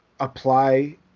apply